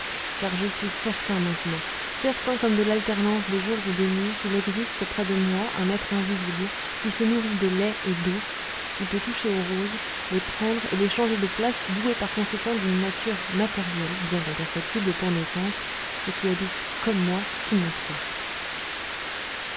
car je suis certain maintenant certain comme de l'alternance des jours et des nuits qu'il existe près de moi un être invisible qui se nourrit de lait et d'eau qui peut toucher aux choses les prendre et les changer de place doué par conséquent d'une nature matérielle bien qu'imperceptible pour nos sens et qui habite comme moi sous mon toit